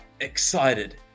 excited